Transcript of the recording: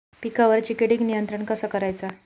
पिकावरची किडीक नियंत्रण कसा करायचा?